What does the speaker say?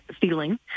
feeling